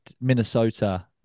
Minnesota